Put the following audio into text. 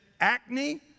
acne